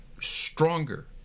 stronger